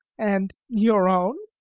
and your own,